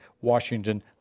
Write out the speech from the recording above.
Washington